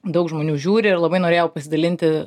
daug žmonių žiūri ir labai norėjau pasidalinti